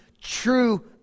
true